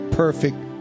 perfect